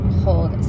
hold